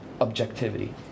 objectivity